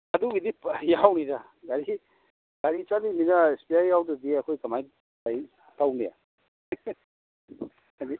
ꯑꯗꯨꯒꯤꯗꯤ ꯌꯥꯎꯅꯤꯗ ꯒꯥꯔꯤ ꯒꯥꯔꯤ ꯆꯠꯂꯤꯃꯤꯅ ꯏꯁꯄꯤꯌꯔ ꯌꯥꯎꯗ꯭ꯔꯗꯤ ꯑꯩꯈꯣꯏ ꯀꯃꯥꯏ ꯒꯥꯔꯤ ꯊꯧꯅꯤ